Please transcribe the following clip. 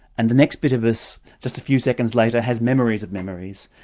and the next bit of us, just a few seconds later, has memories of memories,